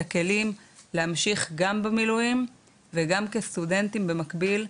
לתת להם את הכלים להמשיך גם במילואים וגם כסטודנטים במקביל,